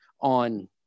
on